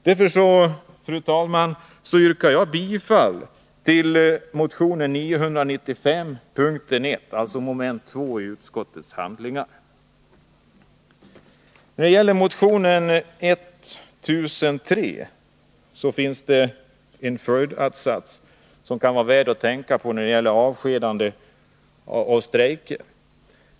Därför, fru talman, yrkar jag bifall till motion 995, yrkande 1 och avslag på mom. 2 i utskottets hemställan. Motionen 1003 berör en följdatt-sats, som det kan vara värt att tänka på i samband med avskedanden och strejker.